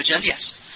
yes